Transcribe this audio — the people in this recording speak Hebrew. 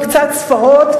עם קצת ספרות,